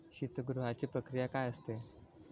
शीतगृहाची प्रक्रिया काय असते?